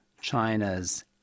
China's